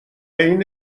این